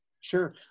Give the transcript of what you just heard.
Sure